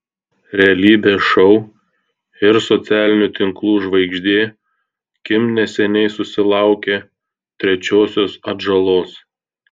realybės šou ir socialinių tinklų žvaigždė kim neseniai susilaukė trečiosios atžalos